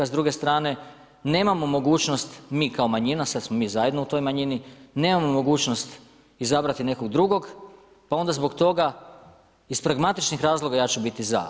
S druge strane, nemamo mogućnost mi kao manjina, sada smo mi zajedno u toj manjini, nemamo mogućnost izabrati nekog drugog, pa onda zbog toga iz pragmatičnog razloga ja ću biti za.